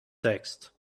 text